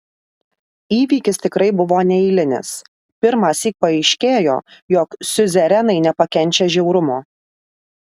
įvykis tikrai buvo neeilinis pirmąsyk paaiškėjo jog siuzerenai nepakenčia žiaurumo